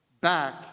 back